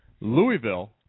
Louisville